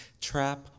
trap